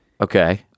Okay